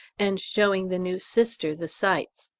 and showing the new sister the sights.